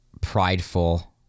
prideful